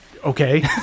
Okay